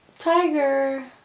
tiger!